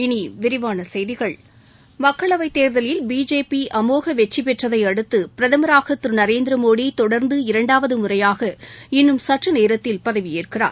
இனி விரிவான செய்திகள் மக்களவை தேர்தலில் பிஜேபி அமோக வெற்றி பெற்றதையடுத்து பிரதமராக திரு நரேந்திர மோடி தொடர்ந்து இரண்டாவது முறையாக இன்னும் சற்று நேரத்தில் பதவியேற்கிறார்